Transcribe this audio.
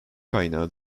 kaynağı